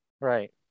Right